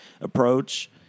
approach